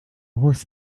horse